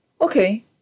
Okay